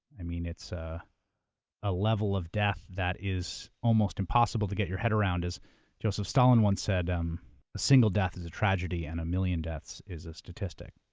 i mean, it's a a level of death that is almost impossible to get your head around. as joseph stalin once said, um a single death is a tragedy and a million deaths is a statistic,